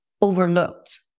overlooked